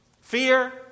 Fear